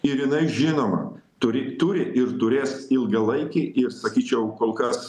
ir jinai žinoma turi turi ir turės ilgalaikį ir sakyčiau kol kas